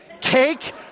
Cake